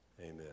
Amen